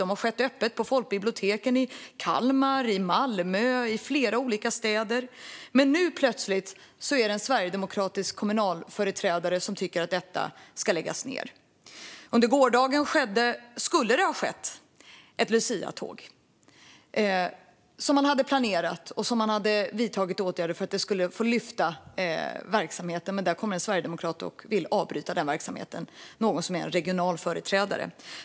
De har skett öppet på folkbiblioteken i Kalmar, Malmö och flera andra städer. Men nu plötsligt tycker en sverigedemokratisk kommunal företrädare att de ska läggas ned. Under gårdagen skulle ett luciatåg ha ägt rum. Man hade planerat och vidtagit åtgärder för att det skulle få lyfta verksamheten. Men det kom en sverigedemokrat och ville avbryta den verksamheten. Det var en regional företrädare.